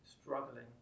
struggling